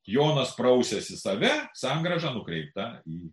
jonas prausiasi save sangrąža nukreipta į